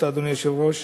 אדוני היושב-ראש.